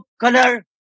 color